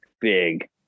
big